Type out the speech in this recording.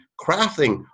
crafting